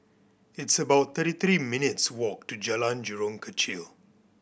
it's about thirty three minutes' walk to Jalan Jurong Kechil